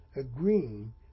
agreeing